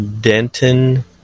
Denton